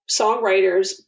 songwriters